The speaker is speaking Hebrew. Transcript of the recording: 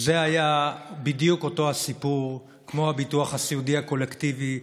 זה היה בדיוק אותו הסיפור בביטוח הסיעודי הקולקטיבי.